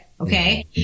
Okay